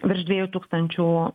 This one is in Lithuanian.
virš dviejų tūkstančių